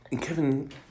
Kevin